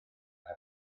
efo